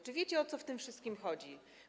Czy wiecie, o co w tym wszystkim chodzi?